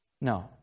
No